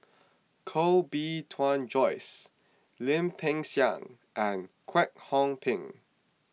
Koh Bee Tuan Joyce Lim Peng Siang and Kwek Hong Png